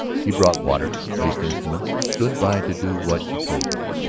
he brought water, placed instruments, stood by to do what she told him.